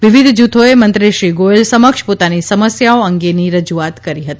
વિવિધ જૂથોએ મંત્રીશ્રી ગોયલ સમક્ષ પોતાની સમસ્યાઓ અંગેની રજૂઆત કરી હતી